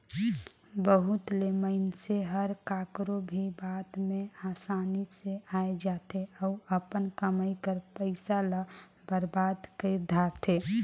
बहुत ले मइनसे हर काकरो भी बात में असानी ले आए जाथे अउ अपन कमई कर पइसा ल बरबाद कइर धारथे